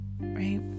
right